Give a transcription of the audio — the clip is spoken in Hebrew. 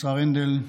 השר הנדל,